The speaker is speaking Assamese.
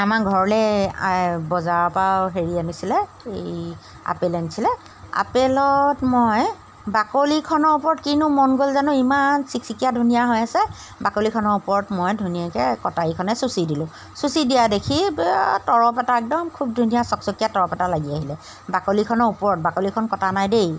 আমাৰ ঘৰলৈ বজাৰৰপৰা হেৰি আনিছিলে এই আপেল আনিছিলে আপেলত মই বাকলিখনৰ ওপৰত কিনো মন গ'ল জানো ইমান চিকচিকীয়া ধুনীয়া হৈ আছে বাকলিখনৰ ওপৰত মই ধুনীয়াকৈ কটাৰীখনে চুচি দিলোঁ চুচি দিয়া দেখি তৰপ এটা একদম খুব ধুনীয়া চকচকীয়া তৰপ এটা লাগি আহিলে বাকলিখনৰ ওপৰত বাকলিখন কটা নাই দেই